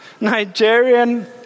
Nigerian